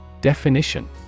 Definition